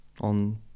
on